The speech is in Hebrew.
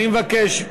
אני מבקש,